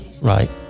Right